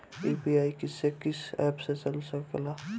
UPI किस्से कीस app से चल सकेला?